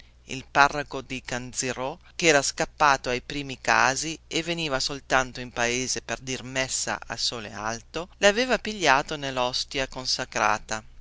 il parroco di canzirrò chera scappato ai primi casi e veniva soltanto in paese per dir messa a sole alto laveva pigliato nellostia consacrata